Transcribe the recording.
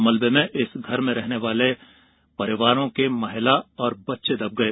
मलबे में इस घर में रहने वाले परिवारों के महिला और बच्चे दब गए